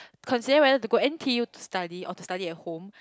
considering whether to go N_T_U to study or to study at home